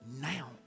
Now